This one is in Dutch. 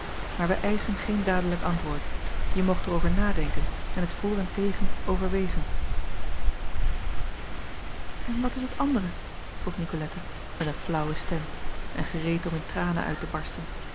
aar wij eischen geen dadelijk antwoord je moogt er over nadenken en het voor en tegen overwegen n wat is het andere vroeg icolette met een flaauwe stem en gereed om in tranen uit te barsten